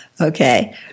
Okay